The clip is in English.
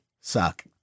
suck